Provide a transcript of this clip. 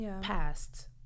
past